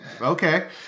okay